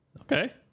Okay